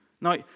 Now